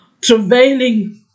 travailing